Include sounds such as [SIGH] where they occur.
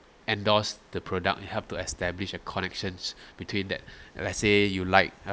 endorse the product you help to establish a connections [BREATH] between that [BREATH] let's say you like